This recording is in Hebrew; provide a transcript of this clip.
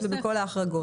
זה בכל ההחרגות.